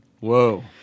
Whoa